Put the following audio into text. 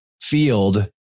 field